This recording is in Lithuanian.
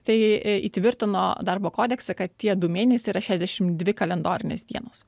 tai įtvirtino darbo kodekse kad tie du mėnesiai yra šešiasdešimt dvi kalendorinės dienos